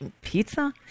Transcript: Pizza